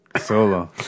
Solo